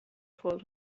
told